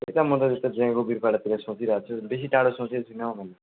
त्यही त म त त्यस्तै जयगाउँ वीरपाडातिर सोचिरहेको छु बेसी टाढो सोचेको छुइनँ हो मैले